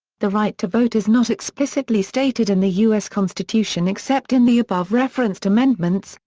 the right to vote is not explicitly stated in the u s. constitution except in the above referenced amendments,